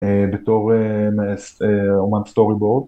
בתור אומן סטורי בורד.